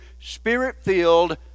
spirit-filled